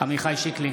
בהצבעה עמיחי שיקלי,